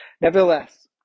nevertheless